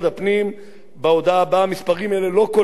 המספרים האלה לא כוללים את כ-300,000